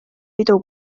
pidu